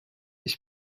ich